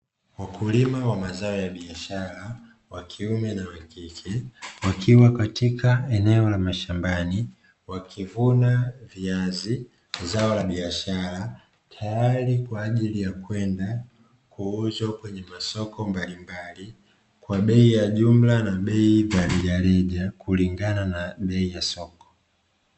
Wakulima wa mazao ya biashara wakiume na wakike wakiwa katika eneo la mashambani wakivuna viazi zao la biashara, tayari kwa ajili ya kwenda kuuzwa kwenye masoko mbalimbali kwa bei ya jumla na bei ya rejareja kulingana na bei ya soko.